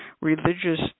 religious